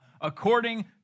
according